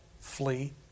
flee